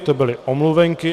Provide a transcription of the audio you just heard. To byly omluvenky.